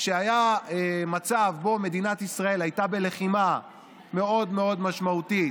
כשהיה מצב שמדינת ישראל הייתה בלחימה מאוד מאוד משמעותית